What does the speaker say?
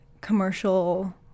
commercial